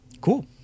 cool